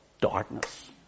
Darkness